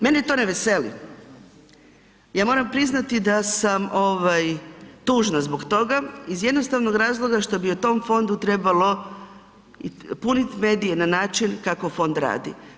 Mene to ne veseli, ja moram priznati da sam tužna zbog toga iz jednostavnog razloga što bi o tom fondu trebalo puniti medije na način kako fond radi.